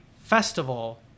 festival